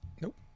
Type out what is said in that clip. Nope